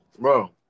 Bro